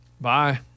Bye